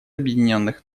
объединенных